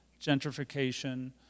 gentrification